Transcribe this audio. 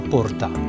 Porta